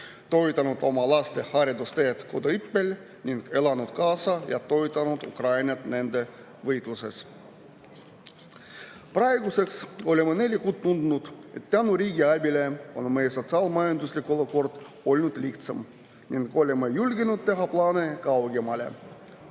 toetanud oma laste haridusteed koduõppel ning elanud kaasa ja toetanud Ukrainat nende võitluses. Praeguseks oleme neli kuud tundnud, et tänu riigi abile on meie sotsiaal‑majanduslik olukord olnud lihtsam, ning oleme julgenud teha plaane kaugemale.